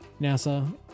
NASA